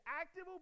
active